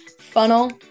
funnel